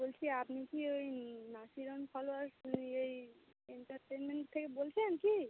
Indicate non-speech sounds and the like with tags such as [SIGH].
বলছি আপনি কি ওই নার্সিং [UNINTELLIGIBLE] ফলোয়ারস ঐ এই এন্টারটেনমেন্ট থেকে বলছেন কি